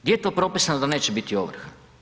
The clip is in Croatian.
Gdje je to propisano da neće biti ovrha?